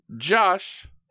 Josh